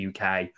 UK